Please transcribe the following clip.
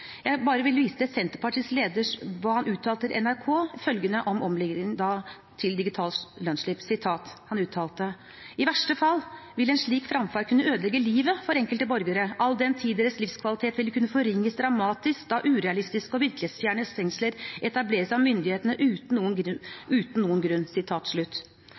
Jeg vil bare vise til hva bl.a. Senterpartiets leder skriver i et Dokument 8-forslag om omleggingen til digital lønnsslipp: «I verste fall vil en slik framferd kunne ødelegge livet for enkelte borgere all den tid deres livskvalitet vil kunne forringes dramatisk da urealistiske og virkelighetsfjerne stengsler etableres av myndighetene uten noen god grunn.»